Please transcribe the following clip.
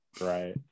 Right